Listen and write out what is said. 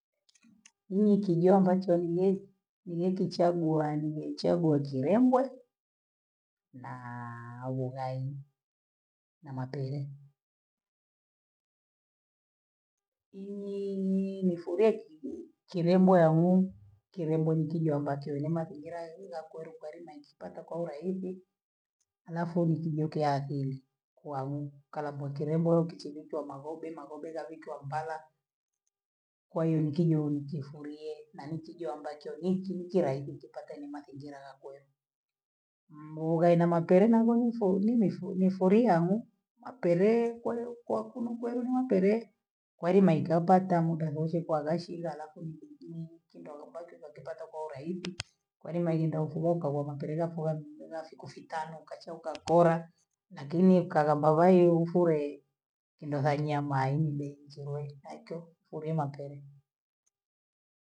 Mi nkijua ambacho unipe nkichagua nimechagua kiwembe naaa abholai na mapere, i- i- imefuliki kinembo yang'o, kilembo ni kitu ambacho une mazingira yaili yakori ulikuwa linakipata kwa urahisi halafu ni kindoki ya asili kwanu kalavua kirobo kichiguki wamavobe na gobe waviki wambala, kwaiyo nikijo mikifulie na ni kiju ambacho nikinkye haikukitaka ni mazingira yakwe mbula ni makelena ghonisudi nisu nifulie hang'o matele kwe Kwaku nupenya tele, kweli naikiatata muda kwagashila afu nikigumu kindo ambacho unakipata kwa urahisi, kweli naenda ufuge kovona kelele afula nndani ya siku sita ukachoka kora lakini kalamba wayumfue kindo Kanyama haini benchile nakyo fule natale.